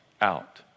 out